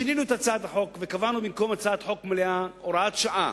שינינו את הצעת החוק וקבענו במקום הצעת חוק מלאה הוראת שעה,